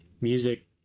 Music